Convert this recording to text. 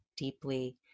deeply